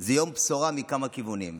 היא יום בשורה מכמה כיוונים.